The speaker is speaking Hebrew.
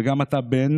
גם אתה בן